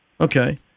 Okay